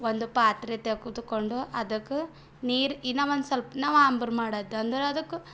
ಒಂದು ಪಾತ್ರೆ ತೆಗೆದುಕೊಂಡು ಅದಕ್ಕೆ ನೀರು ಇನ್ನೂ ಒಂದು ಸ್ವಲ್ಪ ನಾವು ಅಂಬ್ರು ಮಾಡಾತ್ ಅಂದರೆ ಅದಕ್ಕೆ